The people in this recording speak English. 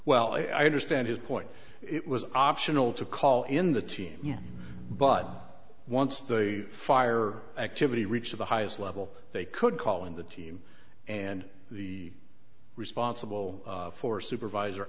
well i understand his point it was optional to call in the team but once the fire activity reached the highest level they could call in the team and the responsible for supervisor